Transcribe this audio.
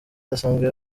idasanzwe